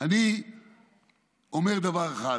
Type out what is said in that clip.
אני אומר דבר אחד: